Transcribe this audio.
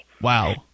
Wow